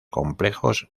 complejos